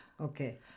Okay